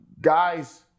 guys